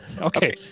Okay